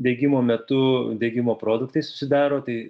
degimo metu degimo produktai susidaro tai